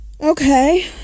Okay